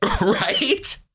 right